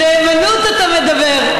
על נאמנות אתה מדבר?